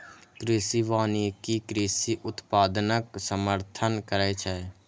कृषि वानिकी कृषि उत्पादनक समर्थन करै छै